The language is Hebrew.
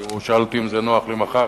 הוא שאל אותי אם זה נוח לי מחר,